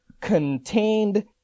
contained